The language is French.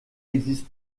existe